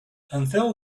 until